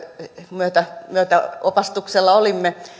myöten opastuksella olimme